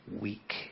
weak